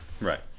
Right